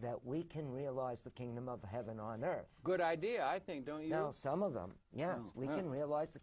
that we can realize the kingdom of heaven on earth good idea i think don't you know some of them yes we can realize the